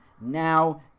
now